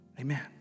Amen